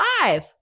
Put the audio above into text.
five